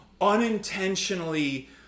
unintentionally